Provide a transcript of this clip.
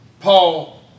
Paul